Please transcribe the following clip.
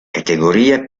categoria